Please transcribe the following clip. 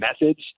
methods